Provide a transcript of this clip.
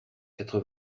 quatre